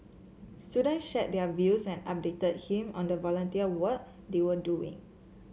students shared their views and updated him on the volunteer work they were doing